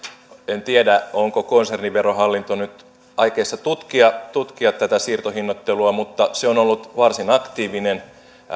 en tiedä onko konserniverohallinto nyt aikeissa tutkia tutkia tätä siirtohinnoittelua mutta se on ollut varsin aktiivinen